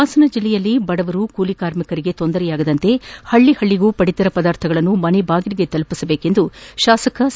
ಹಾಸನ ಜಲ್ಲೆಯಲ್ಲಿ ಬಡವರು ಕೂಲಿ ಕಾರ್ಮಿಕರಿಗೆ ತೊಂದರೆಯಾಗದಂತೆ ಪ್ರತಿಷಳ್ಳಗಳಗೂ ಪಡಿತರ ಪದಾರ್ಥಗಳನ್ನು ಮನೆದಾಗಿಲಿಗೆ ತಲುಪಿಸಬೇಕೆಂದು ಶಾಸಕ ಸಿ